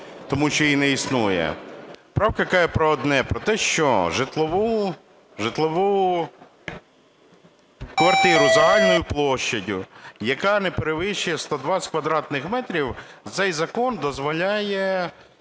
тому що її не існує. Правка каже про одне, про те, що житлову квартиру загальною площею, яка не перевищує 120 квадратних метрів, цей закон дозволяє